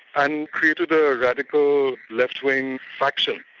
and created the radical left-wing faction,